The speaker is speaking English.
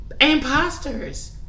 imposters